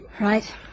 Right